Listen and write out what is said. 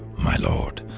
my lord,